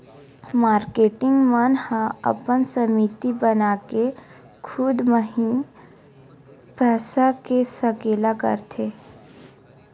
marketing मन ह अपन समिति बनाके खुद म ही पइसा के सकेला करथे